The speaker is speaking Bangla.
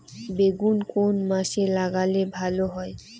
বেগুন কোন মাসে লাগালে ভালো হয়?